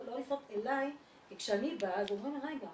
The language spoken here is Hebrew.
לא לפנות אליי כי כשאני באה אז אומרים לי רגע,